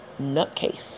nutcase